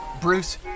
Bruce